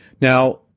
Now